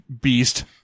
beast